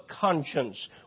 conscience